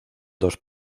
dos